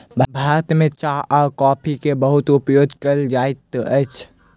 भारत में चाह आ कॉफ़ी के बहुत उपयोग कयल जाइत अछि